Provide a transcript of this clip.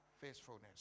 faithfulness